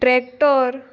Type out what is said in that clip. tractor